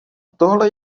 tohle